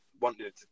wanted